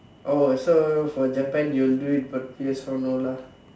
oh so for Japan you'll do it but P_S four no lah